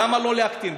למה לא להקטין?